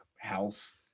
house